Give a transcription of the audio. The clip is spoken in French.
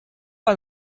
pas